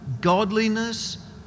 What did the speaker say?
Godliness